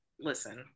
listen